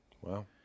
Wow